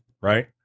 right